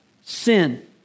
sin